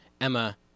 Emma